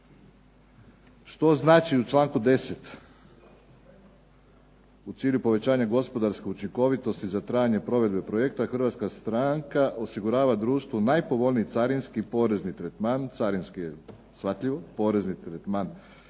Što znači u članku 10. u cilju povećanja gospodarske učinkovitosti za trajanje provedbe projekta hrvatska stranka osigurava društvu najpovoljniji carinski porezni tretman. Carinski je shvatljivo, porezni tretman